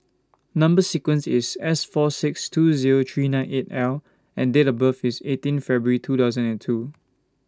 Number sequence IS S four six two Zero three nine eight L and Date of birth IS eighteen February two thousand and two